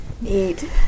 Neat